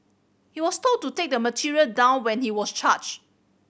he was told to take the material down when he was charge